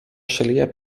šalyje